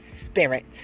spirit